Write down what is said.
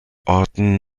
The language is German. orten